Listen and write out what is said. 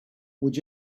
would